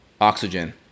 Oxygen